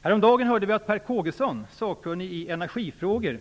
Härom dagen hörde vi att Per Kågesson, sakkunnig i energifrågor,